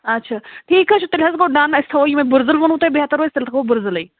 آچھا ٹھیٖک حظ چھِ تیٚلہِ حظ گوٚو ڈَن أسۍ تھاوو یُہوٚے بٔرزُل ووٚنوُ تۄہہِ بہتَر روزِ تیٚلہِ تھاوو بٔرزُلٕے